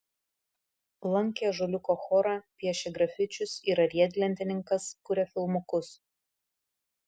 lankė ąžuoliuko chorą piešia grafičius yra riedlentininkas kuria filmukus